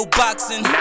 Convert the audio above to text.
boxing